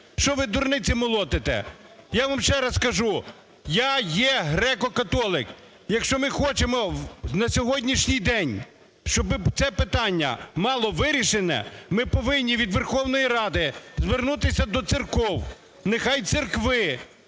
Що ви дурниці молотите? Я вам ще раз кажу, я є греко-католик. Якщо ми хочемо на сьогоднішній день, щоб це питання мало вирішення, ми повинні від Верховної Ради звернутися до церков. Нехай церкви